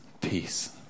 peace